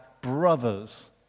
brothers